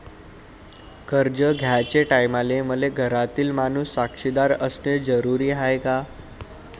कर्ज घ्याचे टायमाले मले घरातील माणूस साक्षीदार असणे जरुरी हाय का?